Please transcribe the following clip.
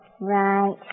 Right